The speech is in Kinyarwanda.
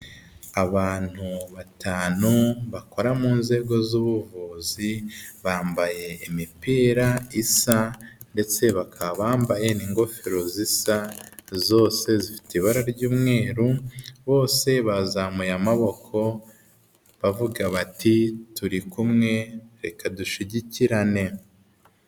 Abantu batanu bakora mu nzego z'ubuvuzi bambaye imipira isa ndetse bakaba bambaye n'ingofero zisa, zose zifite ibara ry'umweru bose bazamuye amaboko bavuga bati turi kumwe reka dushyigikirane.